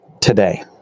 today